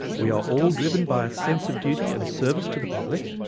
we are all driven by a sense of duty and service to the public.